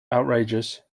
outrageous